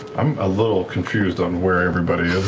i'm a little confused on where everybody